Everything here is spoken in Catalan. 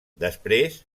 després